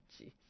jeez